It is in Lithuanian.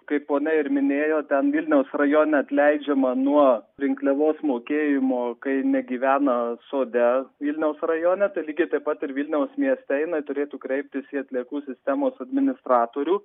kaip ponia ir minėjo ten vilniaus rajone atleidžiama nuo rinkliavos mokėjimo kai negyvena sode vilniaus rajone tai lygiai taip pat ir vilniaus mieste jinai turėtų kreiptis į atliekų sistemos administratorių